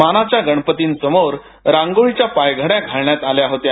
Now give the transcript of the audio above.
मानाच्या गणपतींसमोर रांगोळीच्या पायघड़या घालण्यात आल्या होत्या